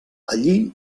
allí